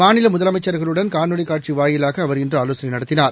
மாநிலமுதலமைச்சர்களுடன் காணொலிகாட்சிவாயிலாகஅவர் இன்றுஆலோசனைநடத்தினார்